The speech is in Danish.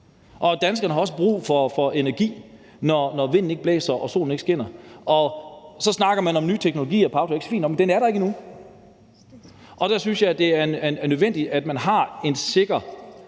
Danskerne har også brug for energi, når vinden ikke blæser og solen ikke skinner. Så snakker man om nye teknologier – power-to-x, fint nok – men de er der ikke endnu. Der synes jeg, det er nødvendigt, at man har en sikker